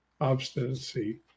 obstinacy